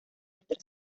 nuestra